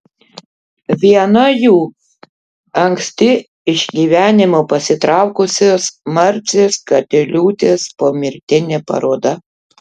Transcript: viena jų anksti iš gyvenimo pasitraukusios marcės katiliūtės pomirtinė paroda